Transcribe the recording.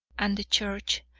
and the church,